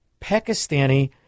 Pakistani